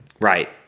Right